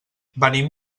venim